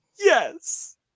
Yes